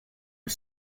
are